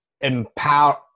empower